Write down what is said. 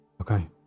Okay